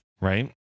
Right